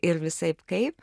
ir visaip kaip